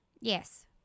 Yes